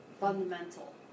fundamental